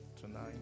tonight